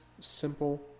simple